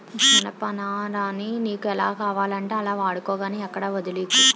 జనపనారని నీకు ఎలా కావాలంటే అలా వాడుకో గానీ ఎక్కడా వొదిలీకు